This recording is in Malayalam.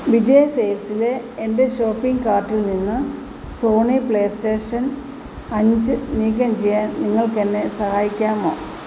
വിജയ് സെയിൽസിലെ എന്റെ ഷോപ്പിങ് കാർട്ടിൽ നിന്ന് സോണി പ്ലേ സ്റ്റേഷൻ അഞ്ച് നീക്കം ചെയ്യാൻ നിങ്ങൾക്ക് എന്നെ സഹായിക്കാമോ